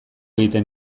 egiten